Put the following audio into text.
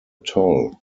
toll